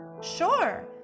Sure